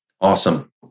Awesome